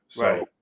Right